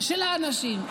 של האנשים.